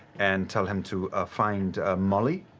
and tell him to ah find molly,